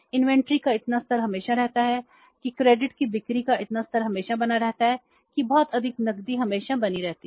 inventory का इतना स्तर हमेशा रहता है कि क्रेडिट की बिक्री का इतना स्तर हमेशा बना रहता है कि बहुत अधिक नकदी हमेशा बनी रहती है